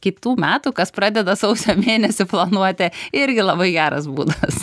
kitų metų kas pradeda sausio mėnesį planuoti irgi labai geras būdas